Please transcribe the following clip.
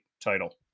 title